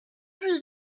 plus